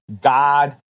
God